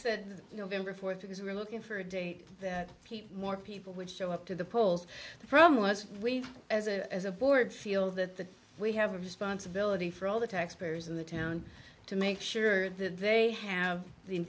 said november fourth because we were looking for a date that more people would show up to the polls the problem was we as a as a board feel that we have a responsibility for all the taxpayers in the town to make sure that they have the